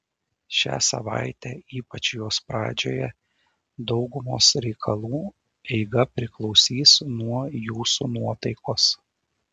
šią savaitę ypač jos pradžioje daugumos reikalų eiga priklausys nuo jūsų nuotaikos